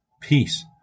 peace